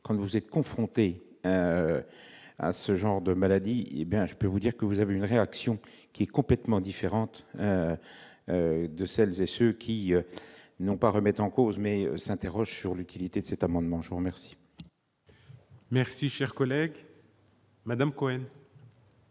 quand vous êtes confrontés à ce genre de maladie, hé bien je peux vous dire que vous avez une réaction qui est complètement différente de celles et ceux qui n'ont pas remettre en cause, mais s'interroge sur l'utilité de cette amendement, je vous remercie. Merci, cher collègue Madame quand